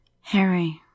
Harry